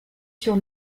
sur